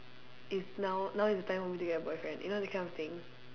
it's now now is the time for me to get a boyfriend you know that kind of thing